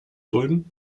dulden